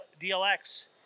DLX